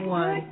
one